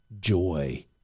joy